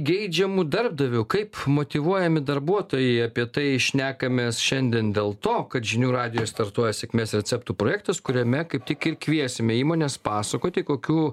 geidžiamu darbdaviu kaip motyvuojami darbuotojai apie tai šnekamės šiandien dėl to kad žinių radijuj startuoja sėkmės receptų projektas kuriame kaip tik ir kviesime įmones pasakoti kokių